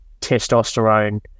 testosterone